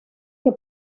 que